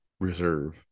reserve